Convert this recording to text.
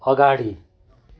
अगाडि